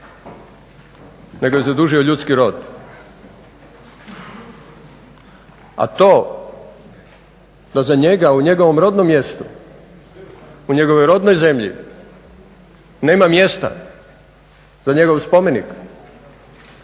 nego je zadužio ljudski rod. A to da za njega u njegovom rodnom mjestu, u njegovoj rodnoj zemlji nema mjesta za njegov spomenik